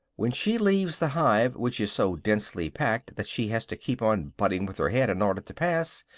when she leaves the hive, which is so densely packed that she has to keep on butting with her head in order to pass,